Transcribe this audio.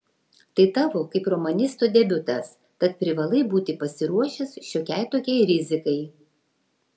tai tavo kaip romanisto debiutas tad privalai būti pasiruošęs šiokiai tokiai rizikai